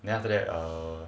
then after that err